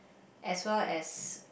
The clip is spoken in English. as well as